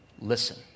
Listen